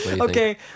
Okay